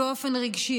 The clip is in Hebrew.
באופן רגשי,